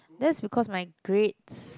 that's because my grades